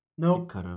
Nope